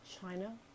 China